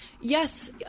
yes